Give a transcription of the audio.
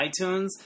iTunes